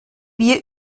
wir